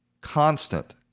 constant